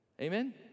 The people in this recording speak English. Amen